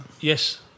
Yes